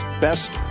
best